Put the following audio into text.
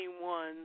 one